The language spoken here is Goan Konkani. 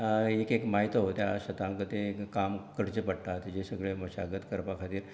एक एक मायतो त्या शेतां खातीर काम करचें पडटा तेजे सगळे मशागत करपा खातीर